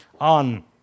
on